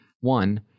One